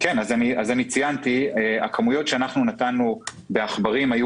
ציינתי שהכמויות שנתנו בעכברים היו